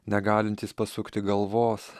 negalintys pasukti galvos